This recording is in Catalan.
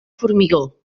formigó